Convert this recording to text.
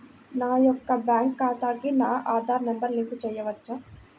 నా యొక్క బ్యాంక్ ఖాతాకి నా ఆధార్ నంబర్ లింక్ చేయవచ్చా?